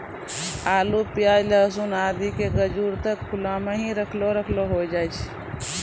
आलू, प्याज, लहसून आदि के गजूर त खुला मॅ हीं रखलो रखलो होय जाय छै